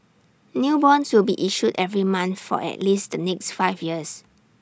new bonds will be issued every month for at least the next five years